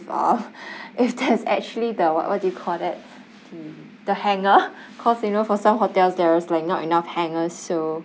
uh if there's actually the what what do you call that the hanger cause you know for some hotels there is like not enough hanger so